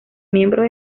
miembros